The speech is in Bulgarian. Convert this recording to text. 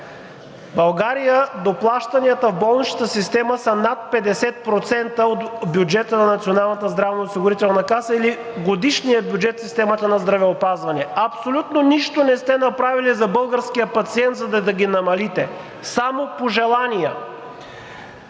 в България доплащанията в болничната система са над 50% от бюджета на Националната здравноосигурителна каса или годишният бюджет в системата на здравеопазване. Абсолютно нищо не сте направили за българския пациент, за да ги намалите. Само пожелания.